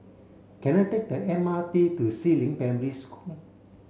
can I take the M R T to Si Ling Primary School